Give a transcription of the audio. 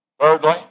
Thirdly